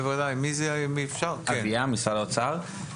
אביה, משרד האוצר.